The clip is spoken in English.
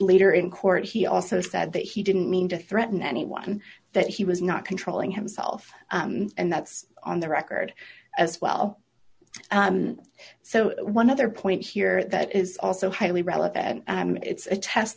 later in court he also said that he didn't mean to threaten anyone that he was not controlling himself and that's on the record as well so one other point here that is also highly relevant and it's a test